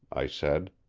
i said.